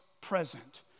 present